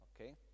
okay